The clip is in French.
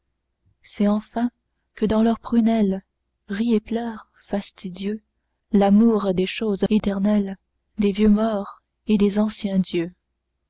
c'est enfin que dans leurs prunelles rit et pleure fastidieux lamour des choses éternelles des vieux morts et des anciens dieux